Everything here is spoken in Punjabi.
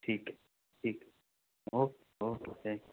ਠੀਕ ਐ ਠੀਕ ਐ ਓਕੇ ਓਕੇ ਥੈਂਕਿਊ